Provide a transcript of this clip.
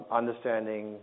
understanding